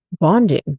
bonding